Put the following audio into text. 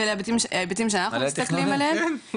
ובהיבטים שאנחנו מסתכלים עליהם,